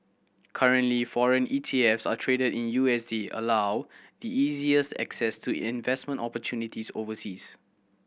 currently foreign E T F s are traded in U S D allow the easiest access to investment opportunities overseas